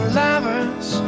lovers